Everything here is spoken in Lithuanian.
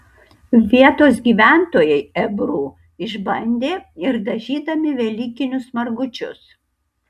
vietos gyventojai ebru išbandė ir dažydami velykinius margučius